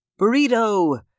Burrito